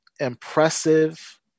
impressive